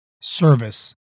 Service